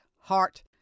heart